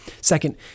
Second